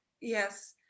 Yes